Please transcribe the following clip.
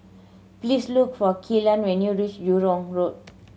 please look for Kellan when you reach Jurong Road